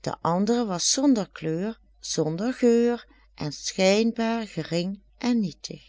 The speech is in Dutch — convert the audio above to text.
de andere was zonder kleur zonder geur en schijnbaar gering en nietig